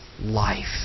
life